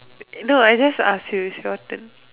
no I just ask you is your turn